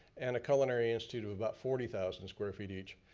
and a culinary institute of about forty thousand square feet each.